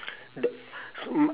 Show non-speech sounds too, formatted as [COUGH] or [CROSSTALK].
the [BREATH] so